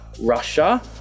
Russia